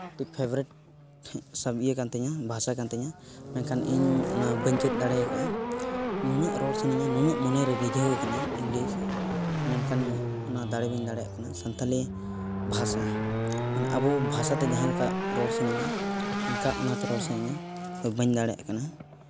ᱟᱹᱰᱤ ᱯᱷᱮᱵᱟᱨᱮᱹᱴ ᱤᱭᱟᱹ ᱠᱟᱱ ᱛᱤᱧᱟᱹ ᱵᱷᱟᱥᱟ ᱠᱟᱱ ᱛᱤᱧᱟᱹ ᱢᱮᱱᱠᱷᱟᱱ ᱤᱧ ᱚᱱᱟ ᱵᱟᱹᱧ ᱪᱮᱫ ᱫᱟᱲᱮᱭᱟᱠᱟᱜᱼᱟ ᱱᱩᱱᱟᱹᱜ ᱨᱚᱲ ᱥᱟᱹᱱᱟᱹᱧᱟ ᱱᱩᱱᱟᱹᱜ ᱢᱚᱱᱮᱨᱮ ᱨᱤᱡᱷᱟᱹᱣᱟᱠᱟᱱᱟ ᱤᱝᱞᱤᱥ ᱢᱮᱱᱠᱷᱟᱱ ᱚᱱᱟ ᱫᱟᱲᱮ ᱵᱟᱹᱧ ᱫᱟᱲᱮᱭᱟᱜ ᱠᱟᱱᱟ ᱥᱟᱱᱛᱟᱲᱤ ᱵᱷᱟᱥᱟ ᱢᱟᱱᱮ ᱟᱵᱚ ᱵᱷᱟᱥᱟ ᱛᱮ ᱡᱟᱦᱟᱸᱞᱮᱠᱟ ᱨᱚᱲ ᱥᱟᱱᱟᱹᱧᱟ ᱚᱱᱠᱟ ᱚᱱᱟᱛᱮ ᱨᱚᱲ ᱥᱟᱱᱟᱹᱧᱟ ᱟᱫᱚ ᱵᱟᱹᱧ ᱫᱟᱲᱮᱭᱟᱜ ᱠᱟᱱᱟ